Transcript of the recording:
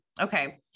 okay